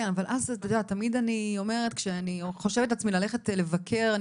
אבל כשאני חושבת לעצמי ללכת לבקר,